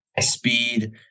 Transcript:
speed